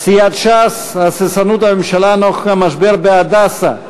סיעת ש"ס: הססנות הממשלה נוכח המשבר ב"הדסה".